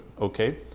okay